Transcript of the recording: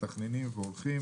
מתכננים והולכים.